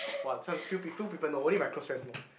!wah! this one few pe~ few people know only my close friends know